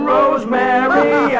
Rosemary